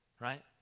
right